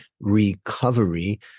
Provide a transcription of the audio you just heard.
recovery